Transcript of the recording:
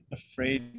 afraid